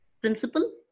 Principal